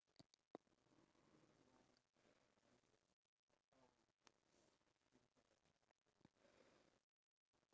I just feel whenever I talk to parents not just dads I always need to have a level of respect so the way how I